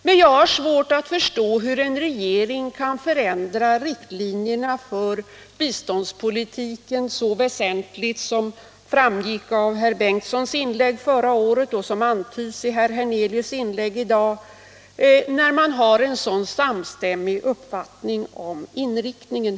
Men jag har svårt att förstå att regeringen skulle kunna förändra riktlinjerna för biståndspolitiken så väsentligt som framgick av herr Bengtsons inlägg förra året och som antyddes i herr Hernelius inlägg i dag, när det finns en så samstämmig uppfattning om inriktningen.